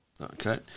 Okay